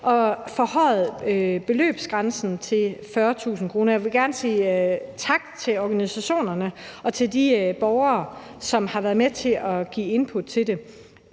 og forhøjet beløbsgrænsen til 40.000 kr. Jeg vil gerne sige tak til organisationerne og til de borgere, som har været med til at komme med input til det.